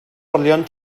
olion